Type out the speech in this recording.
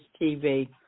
TV